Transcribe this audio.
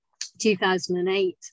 2008